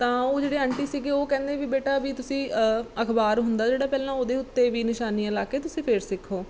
ਤਾਂ ਉਹ ਜਿਹੜੇ ਆਂਟੀ ਸੀਗੇ ਉਹ ਕਹਿੰਦੇ ਵੀ ਬੇਟਾ ਵੀ ਤੁਸੀਂ ਅਖਬਾਰ ਹੁੰਦਾ ਜਿਹੜਾ ਪਹਿਲਾਂ ਉਹਦੇ ਉੱਤੇ ਵੀ ਨਿਸ਼ਾਨੀਆਂ ਲਾ ਕੇ ਤੁਸੀਂ ਫਿਰ ਸਿੱਖੋ